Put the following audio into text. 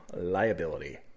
liability